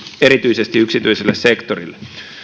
erityisesti yksityiselle sektorille